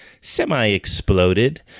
semi-exploded